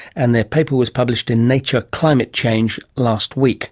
and their paper was published in nature climate change last week